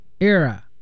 Era